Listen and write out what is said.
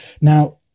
Now